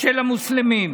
של המוסלמים.